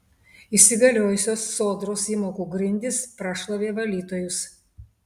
įsigaliojusios sodros įmokų grindys prašlavė valytojus